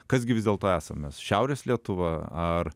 kas gi vis dėlto esam mes šiaurės lietuva ar